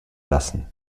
lassen